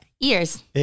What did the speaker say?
ears